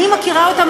אני מכירה אותם,